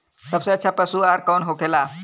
सबसे अच्छा पशु आहार कौन होखेला?